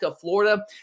Florida